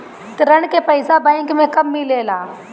ऋण के पइसा बैंक मे कब मिले ला?